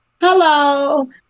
Hello